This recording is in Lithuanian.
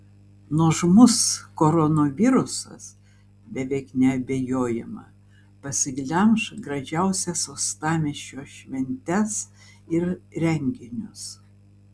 nuožmus koronavirusas beveik neabejojama pasiglemš gražiausias uostamiesčio šventes ir renginius